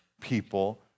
people